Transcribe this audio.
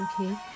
Okay